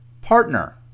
Partner